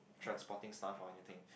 transporting stuff or anything